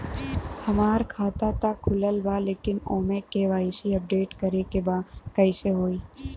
हमार खाता ता खुलल बा लेकिन ओमे के.वाइ.सी अपडेट करे के बा कइसे होई?